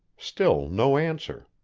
still no answer.